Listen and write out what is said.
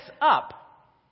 up